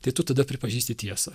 tai tu tada pripažįsti tiesą